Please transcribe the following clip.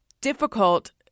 difficult